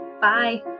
Bye